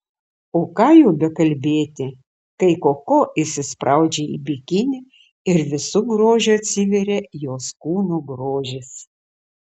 o ką jau bekalbėti kai koko įsispraudžia į bikinį ir visu grožiu atsiveria jos kūno grožis